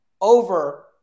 over